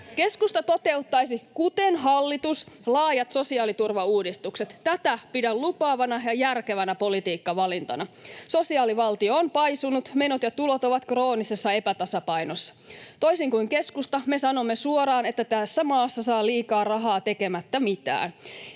Keskusta toteuttaisi — kuten hallitus — laajat sosiaaliturvauudistukset. Tätä pidän lupaavana ja järkevänä politiikkavalintana. Sosiaalivaltio on paisunut, menot ja tulot ovat kroonisessa epätasapainossa. Toisin kuin keskusta me sanomme suoraan, että tässä maassa saa liikaa rahaa tekemättä mitään,